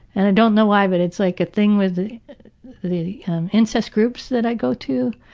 and i don't know why but it's like a thing with the the incest groups that i go to